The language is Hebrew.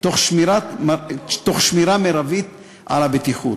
תוך שמירה מרבית על הבטיחות.